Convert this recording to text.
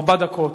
ארבע דקות.